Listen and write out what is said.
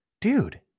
dude